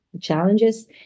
challenges